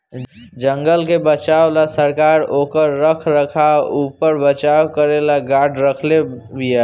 जंगल के बचावे ला सरकार ओकर रख रखाव अउर बचाव करेला गार्ड रखले बिया